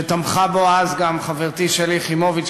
שתמכה בו אז גם חברתי שלי יחימוביץ,